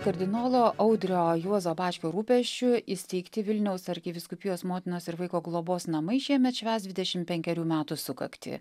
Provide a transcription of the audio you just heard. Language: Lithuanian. kardinolo audrio juozo bačkio rūpesčiu įsteigti vilniaus arkivyskupijos motinos ir vaiko globos namai šiemet švęs dvidžšimt penkerių metų sukaktį